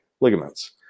ligaments